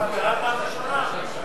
קראת פעם ראשונה.